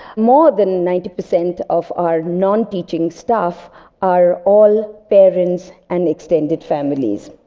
more than ninety percent of our non-teaching staff are all parents and extended families.